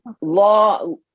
Law